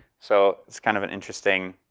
so it's kind of an interesting.